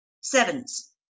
sevens